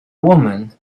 woman